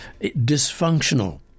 dysfunctional